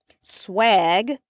swag